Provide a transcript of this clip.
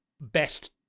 best